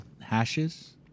hashes